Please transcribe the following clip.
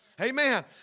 Amen